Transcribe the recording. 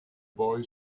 boy